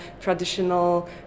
traditional